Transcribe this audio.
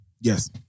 Yes